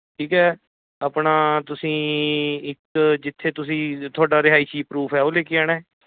ਠੀਕ ਹੈ ਆਪਣਾ ਤੁਸੀਂ ਇੱਕ ਜਿੱਥੇ ਤੁਸੀਂ ਤੁਹਾਡਾ ਰਿਹਾਇਸ਼ੀ ਪਰੂਫ ਹੈ ਉਹ ਲੈ ਕੇ ਆਉਣਾ